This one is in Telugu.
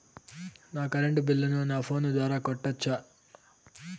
నా కరెంటు బిల్లును నా ఫోను ద్వారా కట్టొచ్చా?